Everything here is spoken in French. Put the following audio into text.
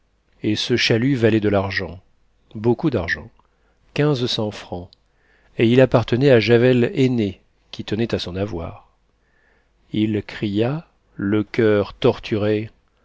et ce chalut valait de l'argent beaucoup d'argent quinze cents francs et il appartenait à javel aîné qui tenait à son avoir il cria le coeur torturé